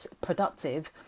productive